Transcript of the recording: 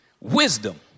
wisdom